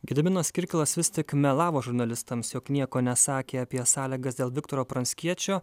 gediminas kirkilas vis tik melavo žurnalistams jog nieko nesakė apie sąlygas dėl viktoro pranckiečio